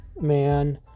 Man